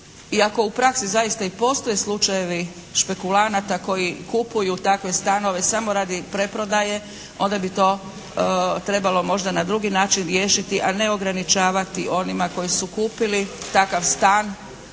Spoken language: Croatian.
ako u praksi zaista i postoje slučajevi špekulanata koji kupuju takve stanove samo radi preprodaje onda bi trebalo možda na drugi način riješiti a ne ograničavati onima koji su kupili takav stan